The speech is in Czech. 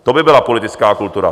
To by byla politická kultura!